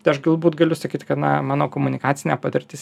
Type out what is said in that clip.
tai aš galbūt galiu sakyt kad na mano komunikacinė patirtis